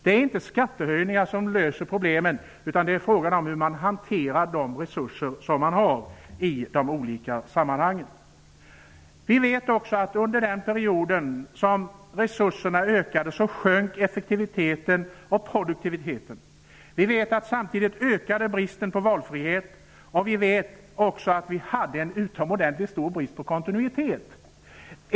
Det är inte skattehöjningar som löser problemen, utan frågan är hur man hanterar de resurser man har. Vi vet också att effektiviteten och produktiviteten sjönk under den period då resurserna ökade. Vi vet att bristen på valfrihet samtidigt blev mer omfattande och att vi också hade en utomordentligt stor brist på kontinuitet.